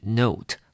note